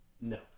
No